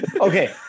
Okay